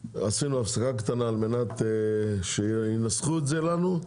עשינו הפסקה קטנה כדי שינסחו לנו את זה,